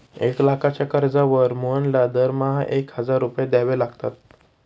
एक लाखाच्या कर्जावर मोहनला दरमहा एक हजार रुपये द्यावे लागतात